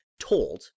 told